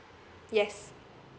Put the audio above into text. yes